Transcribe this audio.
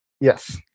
Yes